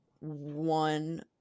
one